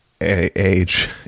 age